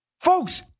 folks